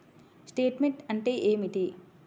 Statement అంటే ఏమిటి?